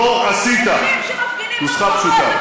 השגשוג הכלכלי,